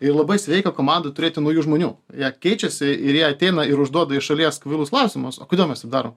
ir labai sveika komandoj turėti naujų žmonių jie keičiasi ir jie ateina ir užduoda iš šalies kvailus klausimus o kodėl mes darom